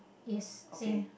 yes same